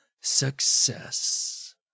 Success